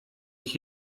ich